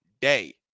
day